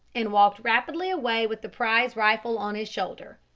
and walked rapidly away with the prize rifle on his shoulder.